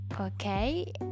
Okay